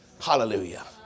Hallelujah